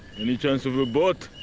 any chance of a boat?